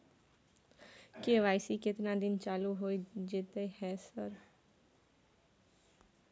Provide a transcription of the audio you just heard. KYC केतना दिन चालू होय जेतै है सर?